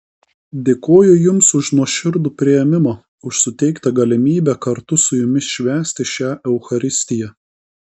dėkoju jums už nuoširdų priėmimą už suteiktą galimybę kartu su jumis švęsti šią eucharistiją